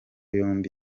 yombi